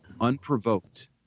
unprovoked